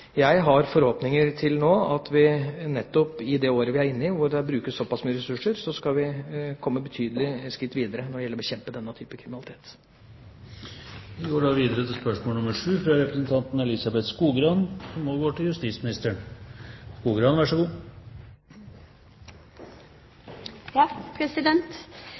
vi nettopp i det året vi er inne i, hvor det brukes så pass mye ressurser, skal komme et betydelig skritt videre for å bekjempe denne type kriminalitet.